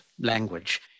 language